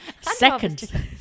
Second